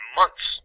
months